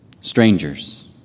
strangers